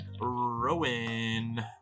Rowan